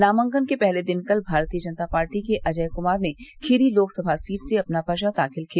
नामांकन के पहले दिन कल भारतीय जनता पार्टी के अजय कुमार ने खीरी लोकसभा सीट से अपना पर्चा दाखिल किया